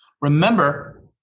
Remember